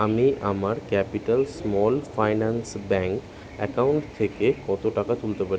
আমি আমার capital small finance bank account থেকে কতো টাকা তুলতে পারি